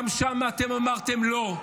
גם שם אתם אמרתם לא.